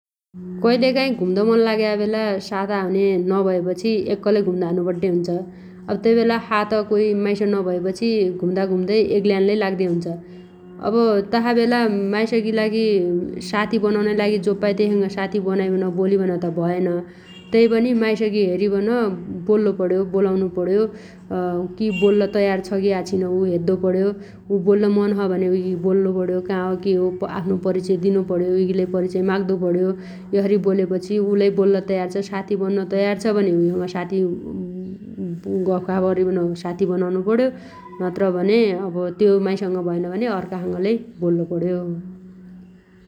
कइलकाइ घुम्द मन लाग्या बेला साता हुन्या नभएपछि एक्कलै लै घुम्द झानो पड्डे हुन्छ । अब तैबेला सात कोइ माइस नभएपछि घुम्दाघुम्दै एग्ल्यान लै लाग्दे हुन्छ । अब तासा बेला माइसगी लागि साती बनाउनाइ लागि जो पायो त्यैसँग साती बनाइबन बोलीबन त भएइन । तैपनि माइसगी हेरिबन बोल्लोपण्यो बोलाउनुपण्यो । कि बोल्ल तयार छ गि आछिन उ हेद्दोपण्यो । उ बोल्ल मन छ भने उइगी बोल्लोपण्यो काहो के हो आफ्नो परिचय दिनुपण्यो । उइगीलै परिचय माग्दो पण्यो । यसरी बोलेपछि उलै बोल्ल तयार छ साती बन्न तयार छ भने उइसँग साती गफगाफ अरिबन साती बनाउनुपण्यो । नत्रभने अब त्यो माइससँग भएइन भने अर्खासित लै बोल्लो पण्यो ।